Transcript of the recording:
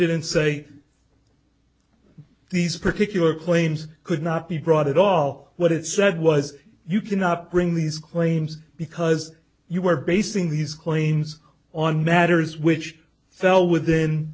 didn't say these particular claims could not be brought at all what it said was you cannot bring these claims because you were basing these claims on matters which fell within